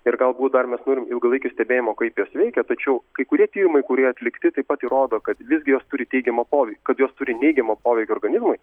ir gal būt dar mes norim ilgalaikio stebėjimo kaip jos veikia tačiau kai kurie tyrimai kurie atlikti taip pat įrodo kad vis gi jos turi teigiamą pov kad jos turi neigiamą poveikį organizmui